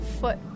foot